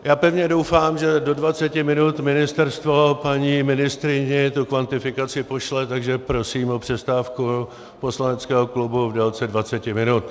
Já pevně doufám, že do dvaceti minut ministerstvo paní ministryni tu kvantifikaci pošle, takže prosím o přestávku poslaneckého klubu v délce dvaceti minut.